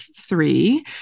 three